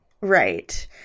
Right